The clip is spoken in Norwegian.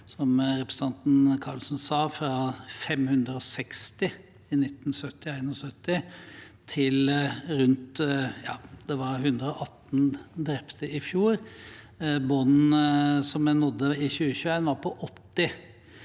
som representanten Karlsen sa, fra 560 drepte i 1970 til 118 drepte i fjor. Bunnen, som vi nådde i 2021, var på 80.